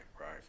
right